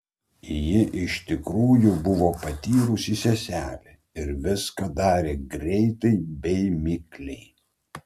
ji iš tikrųjų buvo patyrusi seselė ir viską darė greitai bei mikliai